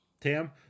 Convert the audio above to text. Tam